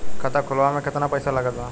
खाता खुलावे म केतना पईसा लागत बा?